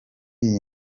iyi